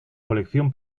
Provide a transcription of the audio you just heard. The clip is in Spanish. colección